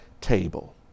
table